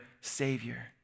Savior